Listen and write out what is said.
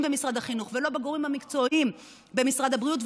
במשרד החינוך ולא בגורמים המקצועיים במשרד הבריאות,